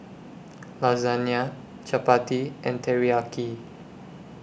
Lasagne Chapati and Teriyaki